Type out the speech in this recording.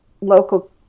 local